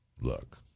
look